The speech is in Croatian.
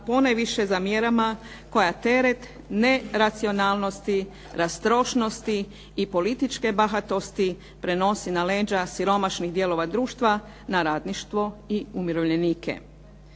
ponajviše za mjerama koja teret neracionalnosti, rastrošnosti i političke bahatosti prenosi na leđa siromašnih dijelova društva, na radništvo i umirovljenike.